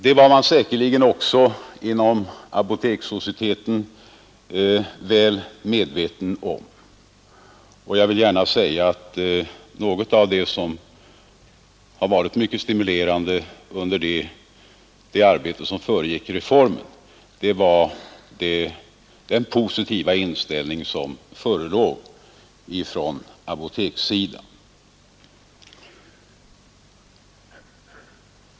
Det var man säkerligen också inom Apotekarsociteten väl medveten om, och jag vill gärna säga att något av det mest stimulerande under det arbete som föregick reformen var den positiva inställning som förelåg från apotekssidan.